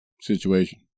situation